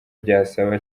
byazaba